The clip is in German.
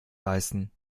leisten